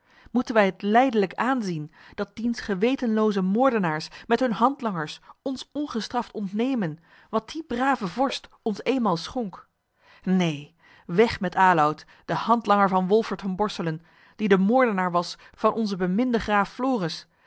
moeten wij het lijdelijk aanzien dat diens gewetenlooze moordenaars met hunne handlangers ons ongestraft ontnemen wat die brave vorst ons eenmaal schonk neen weg met aloud den handlanger van wolfert van borselen die de moordenaar was van onzen beminden graaf floris